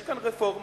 יש כאן רפורמה.